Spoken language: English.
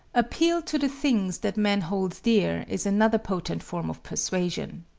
appeal to the things that man holds dear is another potent form of persuasion.